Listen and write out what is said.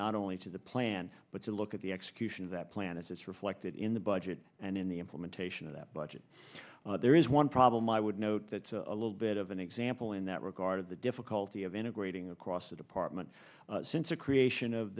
not only to the plan but to look at the execution of that plan as it's reflected in the budget and in the implementation of that budget there is one problem i would note that a little bit of an example in that regard of the difficulty of integrating across the department since the creation of